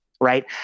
right